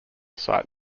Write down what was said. site